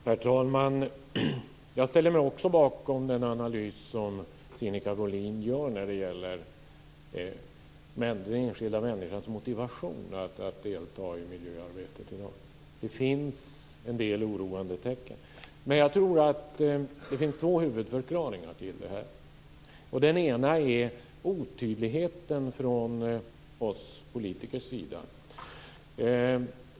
Herr talman! Jag ställer mig också bakom den analys som Sinikka Bohlin gör när det gäller den enskilda människans motivation att delta i miljöarbetet i dag. Det finns en del oroande tecken. Jag tror att det finns två huvudförklaringar till detta. Den ena är otydligheten från oss politiker.